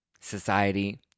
society